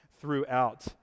throughout